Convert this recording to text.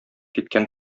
киткән